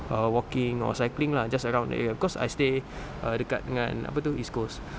err walking or cycling lah just around the area cause I stay err dekat dengan apa tu east coast